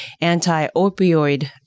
anti-opioid